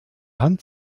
hand